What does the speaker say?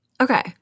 Okay